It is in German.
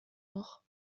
noch